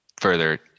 further